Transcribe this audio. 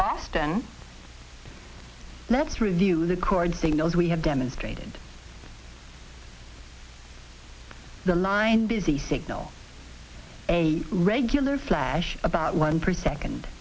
boston let's review the cord signals we have demonstrated the line busy signal a regular flash about one per second